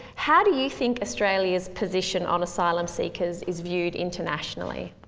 how do you think australia's position on asylum seekers is viewed internationally?